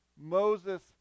Moses